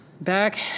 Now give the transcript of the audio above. Back